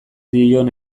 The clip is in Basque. dion